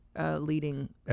leading